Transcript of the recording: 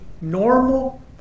normal